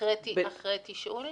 אחרי תשאול?